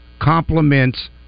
complements